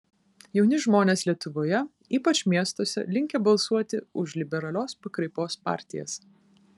jauni žmonės lietuvoje ypač miestuose linkę balsuoti už liberalios pakraipos partijas